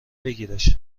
بگیرش